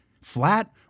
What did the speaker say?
flat